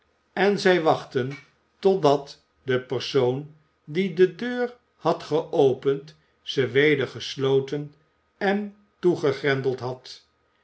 en zij wachtten tot dat de persoon die de deur had geopend ze weder gesloten en toegegrendeld had